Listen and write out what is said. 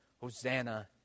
Hosanna